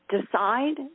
decide